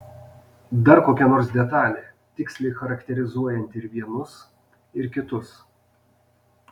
dar kokia nors detalė tiksliai charakterizuojanti ir vienus ir kitus